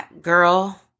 girl